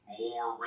more